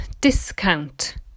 discount